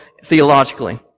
theologically